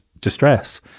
distress